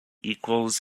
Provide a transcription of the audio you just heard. equals